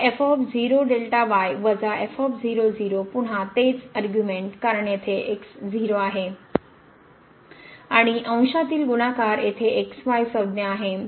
तर पुन्हा तेच अरग्यूमेन्ट कारण येथे x 0 आहे आणि अंशातील गुणाकार येथे x y संज्ञा आहे